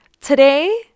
Today